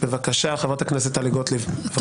חברת הכנסת טלי גוטליב, בבקשה.